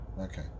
Okay